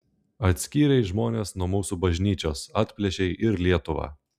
atskyrei žmones nuo mūsų bažnyčios atplėšei ir lietuvą